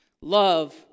love